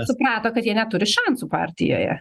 suprato kad jie neturi šansų partijoje